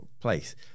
place